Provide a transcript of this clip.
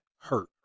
hurt